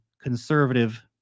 conservative